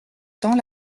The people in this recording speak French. temps